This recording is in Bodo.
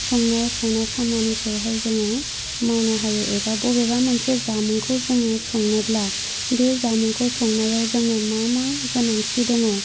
संनाय खावनाय खामानिखौहाय जोङो मावनो हायो एबा बबेबा मोनसे जामुंखौ जोङो संनोब्ला बे जामुंखौ संनायाव जोंनो मा मा गोनांथि दङ